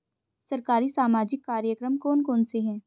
सरकारी सामाजिक कार्यक्रम कौन कौन से हैं?